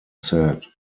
said